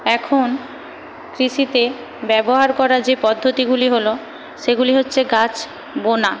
এখন কৃষিতে ব্যবহার করা যে পদ্ধতিগুলি হল সেগুলি হচ্ছে গাছ বোনা